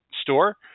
store